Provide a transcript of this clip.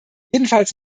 jedenfalls